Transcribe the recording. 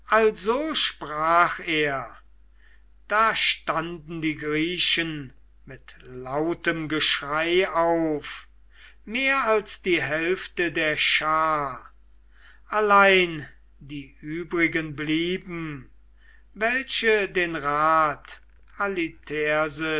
also sprach er da standen die griechen mit lautem geschrei auf mehr als die hälfte der schar allein die übrigen blieben welche den rat